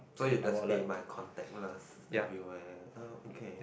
so you just pay by contactless everywhere uh okay